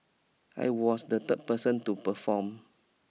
I was the third person to perform